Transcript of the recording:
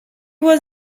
was